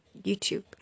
YouTube